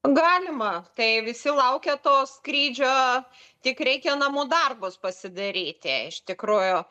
galima tai visi laukia to skrydžio tik reikia namų darbus pasidaryti iš tikrųjų